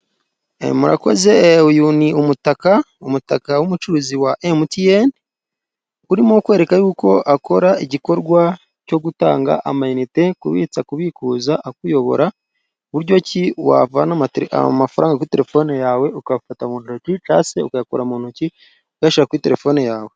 Murakoze uyu ni umutaka, umutaka w'umucuruzi wa emutiyene, urimo kwereka yuko akora igikorwa cyo gutanga amayinite, kubitsa, kubikuza, akuyobora buryo ki wavana amafaranga kuri telefone yawe ukayafata muntoki cyangwa se ukayakura mu ntoki uyashyira kuri telefone yawe.